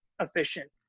efficient